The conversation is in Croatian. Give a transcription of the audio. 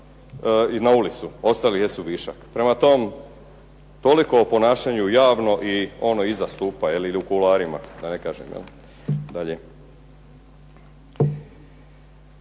na ulicu, ostali jesu višak. Toliko o ponašanju javno i ono iza stupa, u kuloarima. A i kad